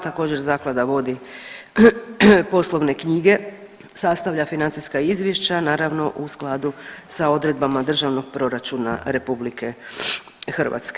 Također zaklada vodi poslovne knjige, sastavlja financijska izvješća naravno u skladu sa odredbama Državnog proračuna RH.